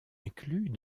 inclus